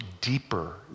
deeper